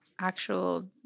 actual